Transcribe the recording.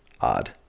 odd